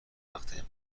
وقت